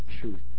truth